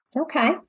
okay